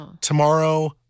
Tomorrow